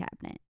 cabinet